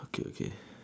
okay okay